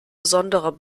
besonderer